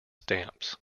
stamps